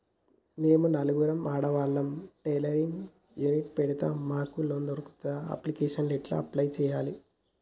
మేము నలుగురం ఆడవాళ్ళం టైలరింగ్ యూనిట్ పెడతం మాకు లోన్ దొర్కుతదా? అప్లికేషన్లను ఎట్ల అప్లయ్ చేయాలే?